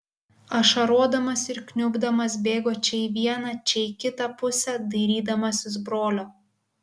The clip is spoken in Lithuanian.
ašarodamas ir kniubdamas bėgo čia į vieną čia į kitą pusę dairydamasis brolio